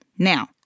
Now